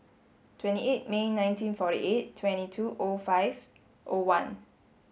twenty eight May nineteen forty eight twenty two O five O one